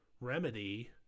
remedy